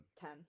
Ten